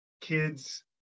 kids